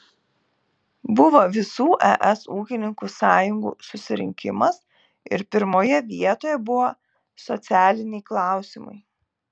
buvo visų es ūkininkų sąjungų susirinkimas ir pirmoje vietoje buvo socialiniai klausimai